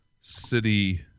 city